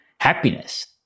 happiness